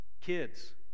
Kids